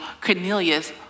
Cornelius